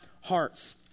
hearts